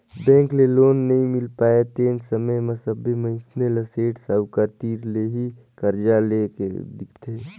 bank ले loan नइ मिल पाय तेन समे म सबे मइनसे ल सेठ साहूकार तीर ले ही करजा लेए के दिखथे